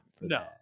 No